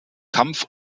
kampf